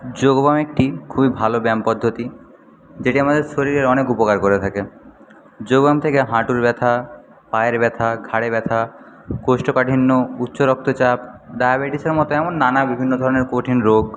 যোগ ব্যায়াম একটি খুবই ভালো ব্যায়াম পদ্ধতি যেটি আমাদের শরীরে অনেক উপকার করে থাকে যোগ ব্যায়াম থেকে হাঁটুর ব্যথা পায়ের ব্যথা ঘাড়ে ব্যথা কোষ্ঠকাঠিন্য উচ্চ রক্তচাপ ডায়াবেটিসের মতো এমন নানা বিভিন্ন ধরনের কঠিন রোগ